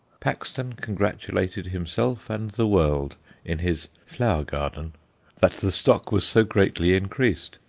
paxton congratulated himself and the world in his flower garden that the stock was so greatly increased.